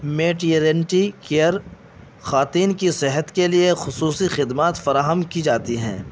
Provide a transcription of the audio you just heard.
maternity care خواتین کی صحت کے لیے خصوصی خدمات فراہم کی جاتی ہیں